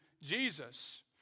Jesus